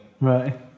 Right